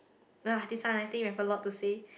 [wah] this one I think you have a lot to say